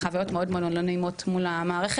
חוויות מאוד מאוד לא נעימות מול המערכת,